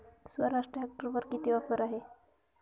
स्वराज ट्रॅक्टरवर किती ऑफर आहे?